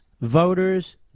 voters